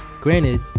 granted